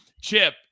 Chip